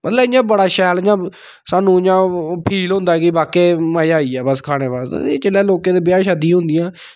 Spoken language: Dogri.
ऐल्लै इंया बड़ा शैल इंया ते सानूं इंया ओह् फील होंदा कि बाकी इंया के मज़ा आई गेआ खानै दा जेल्लै लोकें दियां ब्याह् शादियां होंदियां